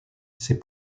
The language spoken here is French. ses